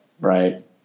Right